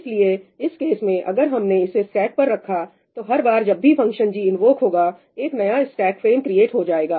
इसलिए इस केस में अगर हमने इसे स्टेक पर रखा तो हर बार जब भी फंक्शन g इन्वोक होगा एक नया स्टेक फ्रेम क्रिएट हो जाएगा